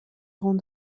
egon